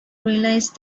realise